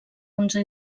onze